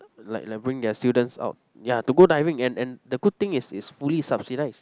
like like bring their students out yeah to go diving and and the good thing is it's fully subsidised